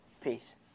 Peace